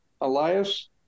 Elias